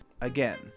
again